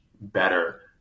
better